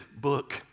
book